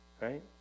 Right